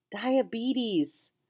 diabetes